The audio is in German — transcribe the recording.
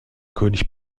könig